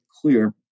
clear